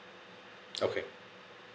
okay